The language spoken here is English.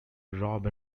rob